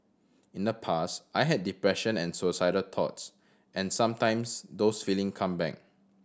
in the past I had depression and suicidal thoughts and sometimes those feeling come back